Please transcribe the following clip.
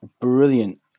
brilliant